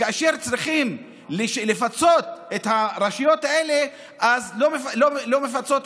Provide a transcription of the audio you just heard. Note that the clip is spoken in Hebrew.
וכאשר צריכים לפצות את הרשויות האלה לא מפצים